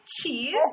cheese